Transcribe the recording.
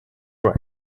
right